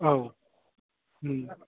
औ